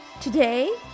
Today